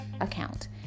account